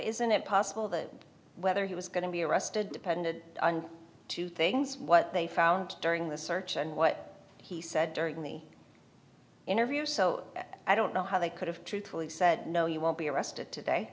isn't it possible that whether he was going to be arrested depended on two things what they found during the search and what he said during the interview so i don't know how they could have truthfully said no you won't be arrested today